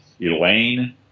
Elaine